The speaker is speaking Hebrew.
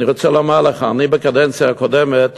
אני רוצה לומר לך, גם אני בקדנציה הקודמת